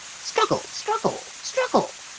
struggle struggle struggle!